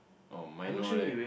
oh mine no leh